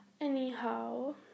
Anyhow